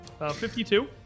52